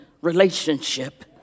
relationship